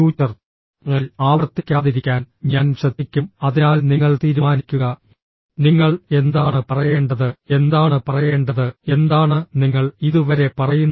î ൽ ആവർത്തിക്കാതിരിക്കാൻ ഞാൻ ശ്രദ്ധിക്കും അതിനാൽ നിങ്ങൾ തീരുമാനിക്കുക നിങ്ങൾ എന്താണ് പറയേണ്ടത് എന്താണ് പറയേണ്ടത് എന്താണ് നിങ്ങൾ ഇതുവരെ പറയുന്നത്